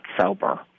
sober